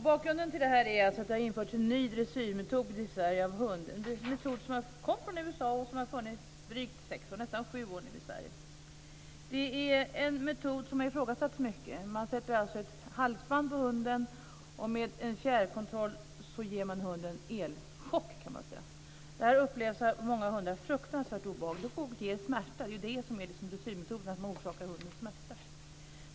Bakgrunden till min interpellation är att det har införts en ny dressyrmetod i Sverige när det gäller hund, en metod som har kommit från USA och som har funnits i Sverige i nästan sju år. Metoden har ifrågasatts mycket. Man sätter ett halsband på hunden och med en fjärrkontroll ger man hunden elchocker. Detta upplevs av många hundar som fruktansvärt obehagligt och smärtsamt - det är ju det som är dressyrmetoden, att orsaka hunden smärta.